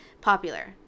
popular